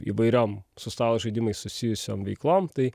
įvairiom su stalo žaidimais susijusiom veiklom tai